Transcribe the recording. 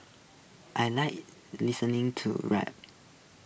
I Like listening to rap